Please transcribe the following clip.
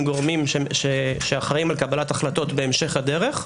עם גורמים שאחראים על קבלת החלטות בהמשך הדרך,